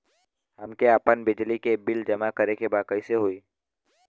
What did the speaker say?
हमके आपन बिजली के बिल जमा करे के बा कैसे होई?